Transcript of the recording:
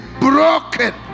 broken